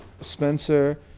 Spencer